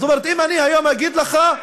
זאת אומרת, אם אני היום אגיד לך,